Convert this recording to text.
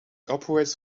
operates